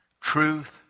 truth